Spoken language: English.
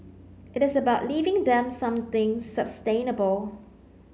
it is about leaving them something sustainable